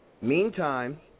Meantime